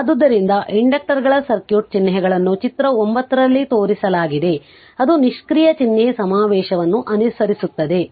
ಆದ್ದರಿಂದ ಇಂಡಕ್ಟರ್ಗಳ ಸರ್ಕ್ಯೂಟ್ ಚಿಹ್ನೆಗಳನ್ನು ಚಿತ್ರ 9 ರಲ್ಲಿ ತೋರಿಸಲಾಗಿದೆ ಅದು ನಿಷ್ಕ್ರಿಯ ಚಿಹ್ನೆ ಸಮಾವೇಶವನ್ನು ಅನುಸರಿಸುತ್ತದೆ